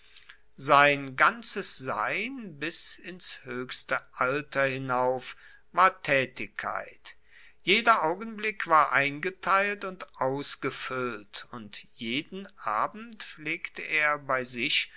sein ganzes sein bis ins hoechste alter hinauf war taetigkeit jeder augenblick war eingeteilt und ausgefuellt und jeden abend pflegte er bei sich